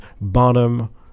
bottom